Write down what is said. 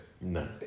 No